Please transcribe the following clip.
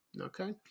Okay